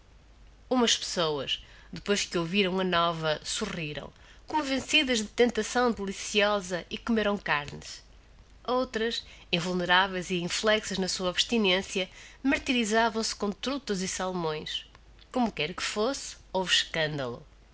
umas pessoas depois que ouviram a nova sorriram como vencidas de tentação deliciosa e comeram carnes outras invulneraveis e inflexas na sua abstinencia martyrisaram se com trutas e salmões como quer que fosse houve